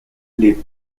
les